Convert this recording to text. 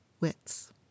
wits